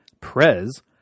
Prez